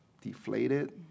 deflated